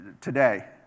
today